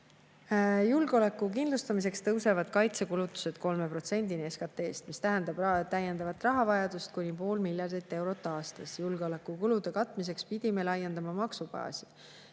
Julgeoleku kindlustamiseks tõusevad kaitsekulutused 3%‑ni SKT‑st, mis tähendab täiendavat rahavajadust kuni pool miljardit eurot aastas. Julgeolekukulude katmiseks pidime laiendama maksubaasi.